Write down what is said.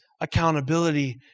accountability